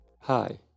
Hi